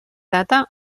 data